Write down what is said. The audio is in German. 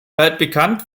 weltbekannt